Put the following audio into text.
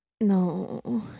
No